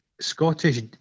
Scottish